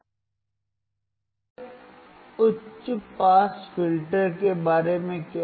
सक्रिय उच्च pass filter के बारे में क्या